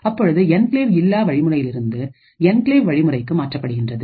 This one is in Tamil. அப்பொழுது என்கிளேவ் இல்லா வழி முறையிலிருந்து என்கிளேவ் வழிமுறைக்கு மாற்றப்படுகின்றது